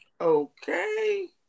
Okay